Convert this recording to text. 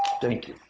thank you.